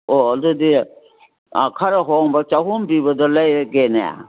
ꯑꯣ ꯑꯗꯨꯗꯤ ꯈꯔ ꯍꯣꯡꯕ ꯆꯍꯨꯝꯄꯤꯕꯗꯣ ꯂꯩꯔꯒꯦꯅꯦ